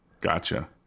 Gotcha